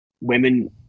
women